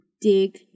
dig